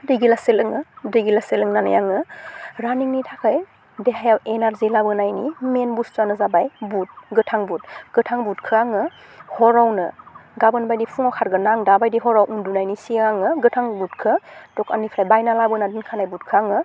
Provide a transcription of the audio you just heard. दै गिलाससे लोङो दै गिलाससे लोंनानै आङो रानिंनि थाखाय देहायाव एनारजि लाबोनायनि मेन बुस्थुआनो जाबाय बुट गोथां बुट गोथां बुटखौ आङो हरावनो गाबोन बायदि फुङाव खारगोन्ना आं दाबायदि हराव उन्दुनायनि सिगां आङो गोथां बुटखौ दखाननिफ्राय बायना लाबोना दोनखानाय बुटखौ आङो